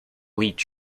lead